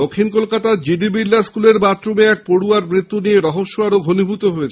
দক্ষিণ কলকাতার জিডি বিড়লা স্কুলের বাথরুমে এক পড়য়ার মৃত্যু নিয়ে রহস্য আরও ঘনীভ়ত হয়েছে